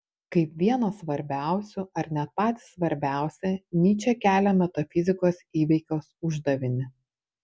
kaip vieną svarbiausių ar net patį svarbiausią nyčė kelia metafizikos įveikos uždavinį